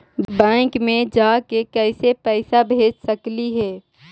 Bank मे जाके कैसे पैसा भेज सकली हे?